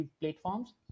platforms